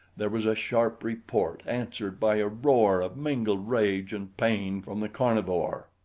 there was a sharp report answered by a roar of mingled rage and pain from the carnivore.